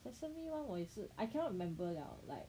sesame [one] 我也是 I cannot remember 了啊 like